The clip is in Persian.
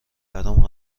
برام